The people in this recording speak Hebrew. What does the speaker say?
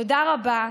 תודה רבה.